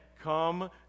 come